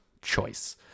choice